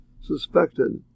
suspected